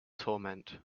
torment